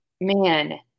man